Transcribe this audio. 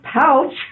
pouch